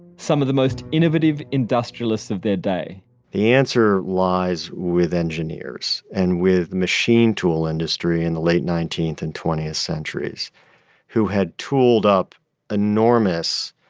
some of the most innovative industrialists of their day the answer lies lies with engineers and with machine tool industry in the late nineteenth and twentieth centuries who had tooled up enormous,